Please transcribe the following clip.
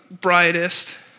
brightest